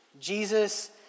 Jesus